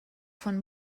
von